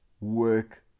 work